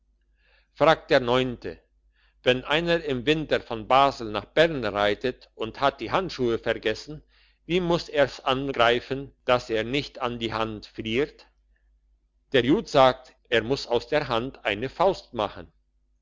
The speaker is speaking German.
fragt der neunte wenn einer im winter von basel nach bern reitet und hat die handschuhe vergessen wie muss er's angreifen dass es ihn nicht an die hand friert der jud sagt er muss aus der hand eine faust machen